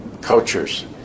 cultures